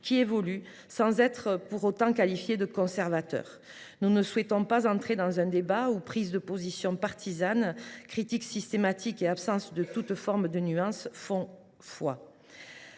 qui évolue, sans pour autant être qualifié de conservateur. Nous ne souhaitons pas entrer dans un débat où prises de position partisanes, critiques systématiques et absence de toute forme de nuance font foi.